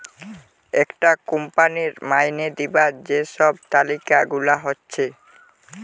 একটা কোম্পানির মাইনে দিবার যে সব তালিকা গুলা হচ্ছে